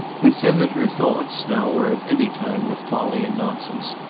and said that her thoughts, now or at any time, were folly and nonsense,